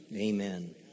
Amen